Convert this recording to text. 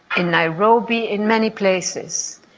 in nairobi, in many places.